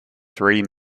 three